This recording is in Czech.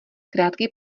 krátký